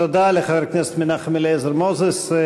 תודה לחבר הכנסת מנחם אליעזר מוזס.